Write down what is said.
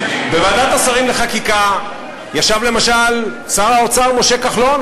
בוועדת השרים לחקיקה ישב למשל שר האוצר משה כחלון,